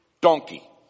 donkey